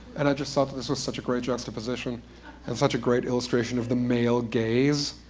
and i just thought that this was such a great juxtaposition and such a great illustration of the male gaze.